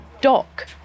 dock